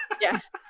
yes